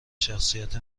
شخصیت